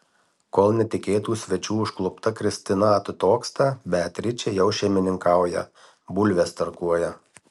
kol netikėtų svečių užklupta kristina atitoksta beatričė jau šeimininkauja bulves tarkuoja